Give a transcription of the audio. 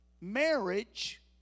marriage